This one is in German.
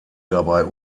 dabei